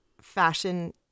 fashion